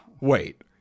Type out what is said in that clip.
Wait